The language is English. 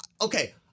Okay